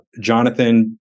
Jonathan